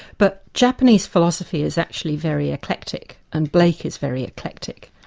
but japanese philosophy is actually very eclectic and blake is very eclectic.